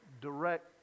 direct